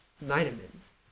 vitamins